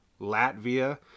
Latvia